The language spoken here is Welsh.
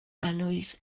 annwyd